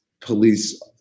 police